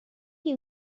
you